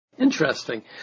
Interesting